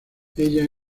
ella